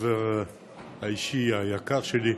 חבר אישי יקר שלי,